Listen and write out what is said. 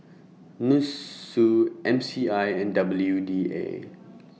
Nussu M C I and W D A